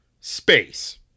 space